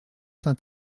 saint